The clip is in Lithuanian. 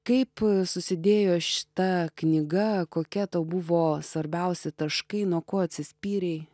kaip susidėjo šita knyga kokie tau buvo svarbiausi taškai nuo ko atsispyrei